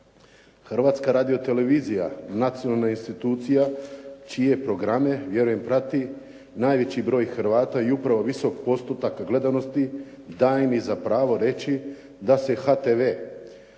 Hrvatska radiotelevizija nacionalna je institucija čije programe vjerujem prati najveći broj Hrvata i upravo visok postotak gledanosti daje mi za pravo reći da se HTV